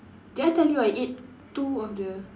did I tell you I ate two of the